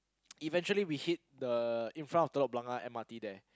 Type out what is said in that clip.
eventually we hit the in front of Telok-Blangah M_R_T there